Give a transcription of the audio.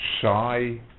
shy